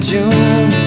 June